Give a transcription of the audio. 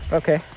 okay